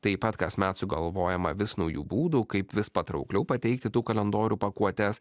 taip pat kasmet sugalvojama vis naujų būdų kaip vis patraukliau pateikti tų kalendorių pakuotes